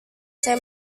saya